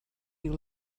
you